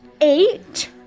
eight